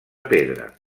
pedra